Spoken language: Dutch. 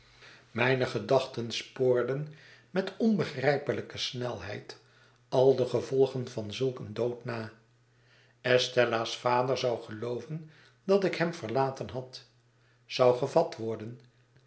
mijne gedachten spoorden met onbegrijpelijke snelheid al de gevolgen van zulk een dood na estella's vader zou geloovendatik hem verlaten had zou gevat worden